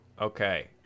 okay